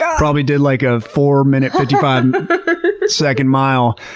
yeah probably did like a four minute, fifty five second mile.